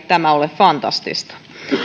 tämä ole fantastista